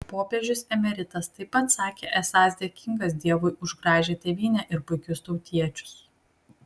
popiežius emeritas taip pat sakė esąs dėkingas dievui už gražią tėvynę ir puikius tautiečius